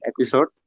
episode